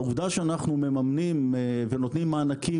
העובדה שאנחנו מממנים ונותנים מענקים